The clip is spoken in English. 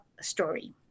story